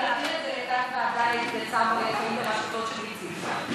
ולהעביר את זה לתת-ועדה לצער בעלי-חיים בראשותו של איציק.